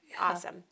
Awesome